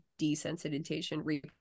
desensitization